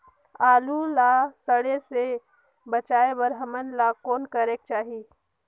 आलू ला सड़े से बचाये बर हमन ला कौन करेके चाही?